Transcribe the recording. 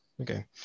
Okay